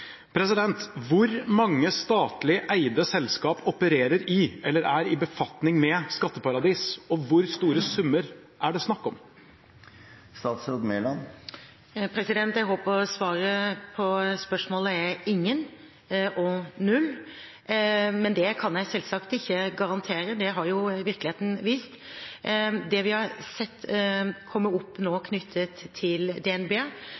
Hvor mange statlig eide selskap opererer i eller er i befatning med skatteparadis, og hvor store summer er det snakk om? Jeg håper svaret på spørsmålet er «ingen» og «null», men det kan jeg selvsagt ikke garantere, det har jo virkeligheten vist. Det vi har sett komme opp nå knyttet til DNB,